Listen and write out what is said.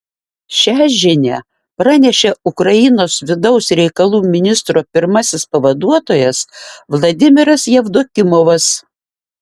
šią žinią pranešė ukrainos vidaus reikalų ministro pirmasis pavaduotojas vladimiras jevdokimovas